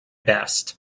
best